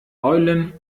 eulen